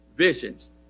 Visions